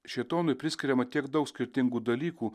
šėtonui priskiriama tiek daug skirtingų dalykų